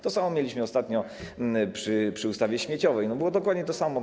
To samo mieliśmy ostatnio przy ustawie śmieciowej, było dokładnie to samo.